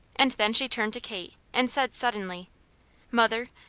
and then she turned to kate and said suddenly mother,